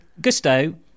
Gusto